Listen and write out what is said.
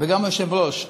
וגם היושב-ראש.